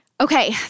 Okay